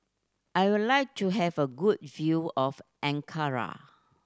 I would like to have a good view of Ankara